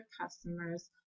customers